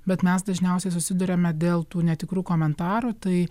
bet mes dažniausiai susiduriame dėl tų netikrų komentarų tai